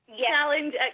Challenge